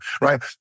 Right